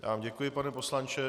Já vám děkuji, pane poslanče.